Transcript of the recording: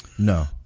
No